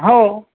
हो